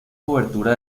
cobertura